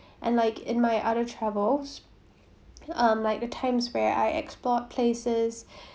and like in my other travels um like the times where I explored places